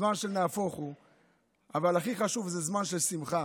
זמן של נהפוך הוא, אבל הכי חשוב, זה זמן של שמחה,